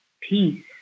peace